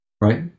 right